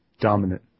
dominant